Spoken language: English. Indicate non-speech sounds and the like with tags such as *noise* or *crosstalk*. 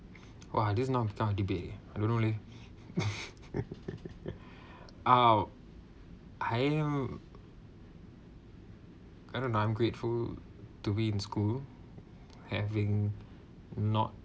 !wah! this not he kind of debate eh I don't know leh *laughs* !ow! I am I don't know I'm grateful to be in school having not